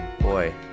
boy